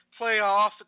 playoffs